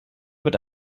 wird